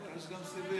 לא, יש גם סיביר.